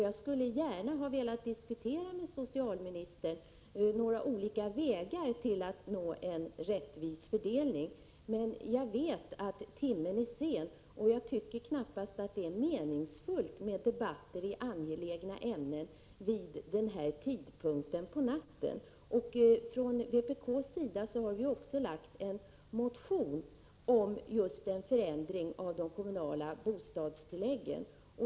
Jag skulle gärna ha velat diskutera med socialministern några olika vägar för att nå en rättvis fördelning, men jag vet att timmen är sen, och jag tycker knappast att det är meningsfullt med debatter i angelägna ämnen vid den här tidpunkten. Från vpk:s sida har vi också lagt fram en motion om just en förändring av de kommunala bostadstilläggen.